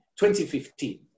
2015